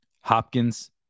Hopkins